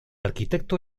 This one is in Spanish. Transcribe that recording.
arquitecto